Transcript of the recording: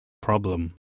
problem